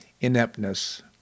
ineptness